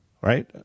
Right